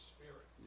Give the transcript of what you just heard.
Spirit